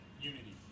unity